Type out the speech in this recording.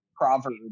proverb